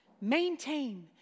maintain